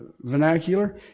vernacular